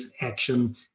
action